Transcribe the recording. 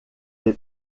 est